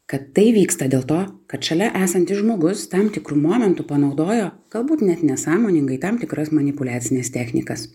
kad tai vyksta dėl to kad šalia esantis žmogus tam tikru momentu panaudojo galbūt net nesąmoningai tam tikras manipuliacines technikas